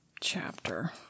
chapter